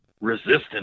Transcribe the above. resistance